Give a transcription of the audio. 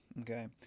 okay